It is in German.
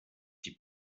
die